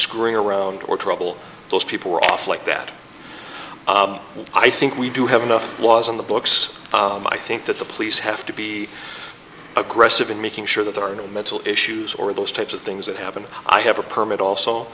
screwing around or trouble those people were off like that i think we do have enough laws on the books i think that the police have to be aggressive in making sure that there are no mental issues or those types of things that happen i have a permit